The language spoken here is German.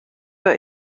der